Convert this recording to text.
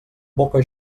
boca